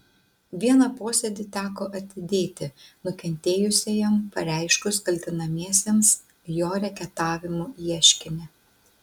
vieną posėdį teko atidėti nukentėjusiajam pareiškus kaltinamiesiems jo reketavimu ieškinį